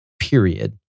period